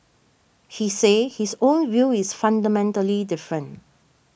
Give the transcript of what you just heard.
he said his own view is fundamentally different